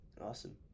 Awesome